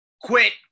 quit